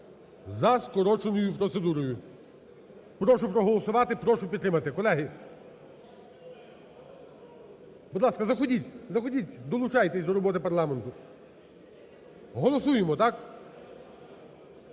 за скороченою процедурою. Прошу проголосувати, прошу підтримати. Колеги, будь ласка, заходіть, заходіть, долучайтесь до роботи парламенту. Голосуємо, так?